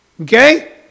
Okay